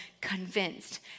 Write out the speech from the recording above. convinced